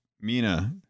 Mina